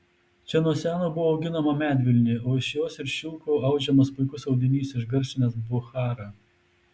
čia nuo seno buvo auginama medvilnė o iš jos ir šilko audžiamas puikus audinys išgarsinęs bucharą